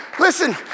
Listen